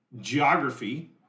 geography